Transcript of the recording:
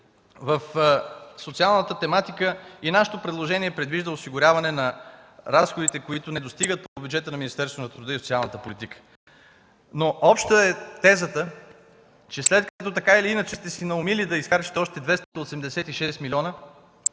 в социалната тематика – и нашето предложение предвижда осигуряване на разходите, които не достигат по бюджета на Министерството на труда и социалната политика. Обща е тезата, че след като сте си наумили да изхарчите още 286 милиона,